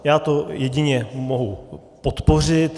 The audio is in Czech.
Já to jedině mohu podpořit.